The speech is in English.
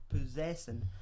possessing